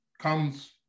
comes